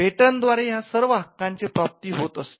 patent द्वारे या सर्व हक्कांची प्राप्ती होत असते